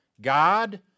God